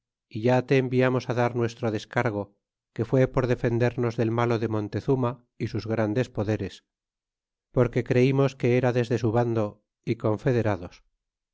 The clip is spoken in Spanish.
é ya te enviamos dar nuestro descargo que fué por defendernos del malo de montezuma y sus grandes poderes porque creimos que erades de su bando y confederados